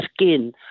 skin